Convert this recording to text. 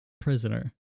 prisoner